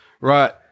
right